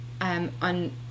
on